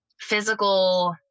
physical